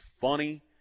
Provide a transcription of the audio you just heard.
funny